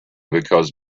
because